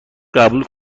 قبول